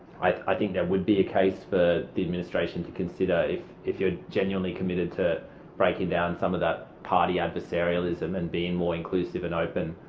i think that would be a case for the administration to consider if if you're genuinely committed to breaking down some of that party adversarialism and being more inclusive and open,